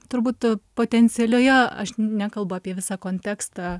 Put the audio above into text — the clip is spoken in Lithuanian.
turbūt potencialioje aš nekalbu apie visą kontekstą